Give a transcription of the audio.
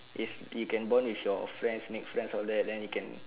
is you can bond with your friend make friends all that then you can